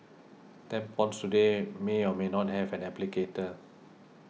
tampons today may or may not have an applicator